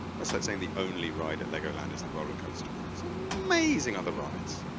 that's like saying, the only ride at legoland is the roller coaster. there's amazing other rides.